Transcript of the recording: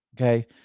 Okay